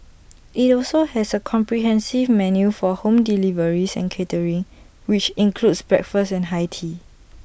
IT also has A comprehensive menu for home deliveries and catering which includes breakfast and high tea